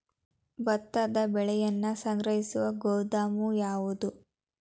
ಭತ್ತದ ಬೆಳೆಯನ್ನು ಸಂಗ್ರಹಿಸುವ ಗೋದಾಮು ಯಾವದು?